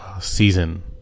season